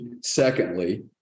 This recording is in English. Secondly